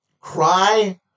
cry